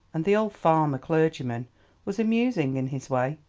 and the old farmer clergyman was amusing in his way,